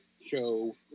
show